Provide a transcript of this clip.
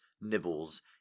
nibbles